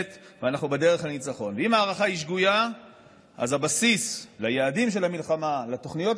התנאי הראשון לנצח אויב במלחמה זה להכיר אותו,